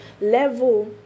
level